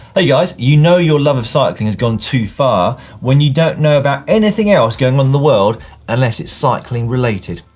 ah yeah guys, you know your love of cycling has gone too far when you don't know about anything else going on in the world unless it's cycling related!